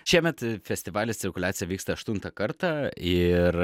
šiemet festivalis cirkuliacija vyksta aštuntą kartą ir